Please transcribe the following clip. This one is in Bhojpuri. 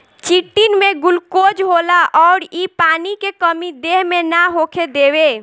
चिटिन में गुलकोज होला अउर इ पानी के कमी देह मे ना होखे देवे